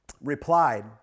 replied